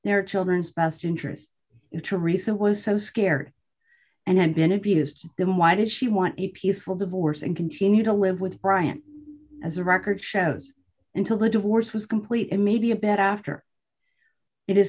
their children's best interest is theresa was so scared and had been abused then why did she want a peaceful divorce and continue to live with bryant as the record shows until the divorce was complete and maybe a bit after it is